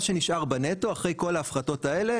מה שנשאר בנטו אחרי כל ההפחתות האלה